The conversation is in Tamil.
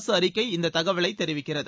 அரசு அறிக்கை இந்த தகவலை தெரிவிக்கிறது